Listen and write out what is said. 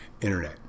Internet